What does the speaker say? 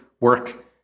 work